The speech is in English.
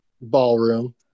Ballroom